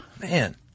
Man